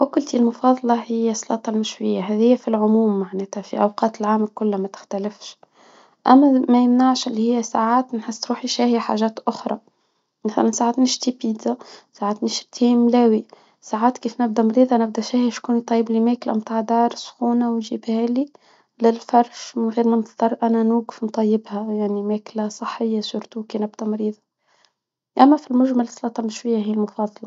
اكلتى المفضلة هي السلاطة المشوية. هذيا في العموم معناتها في اوقات العام كلها ما تختلفش. اما ما يمنعش اللي هي ساعات نحس روحى شاهيا حاجات اخرى. ساعات نشتهي بيتزا ساعات نشتهي ملاوى. ساعات كيف نبدا مريض انا بدي شايف كنت طيب اللي ماكلة متاع دار سخونة ويجيبها لي من غير ما نضطر انا نوقف نطيبها يعني ماكلة صحية شورتواكى نبتى مريضة اما في المجمل السلطة المشوية هي المفضلة